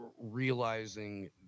realizing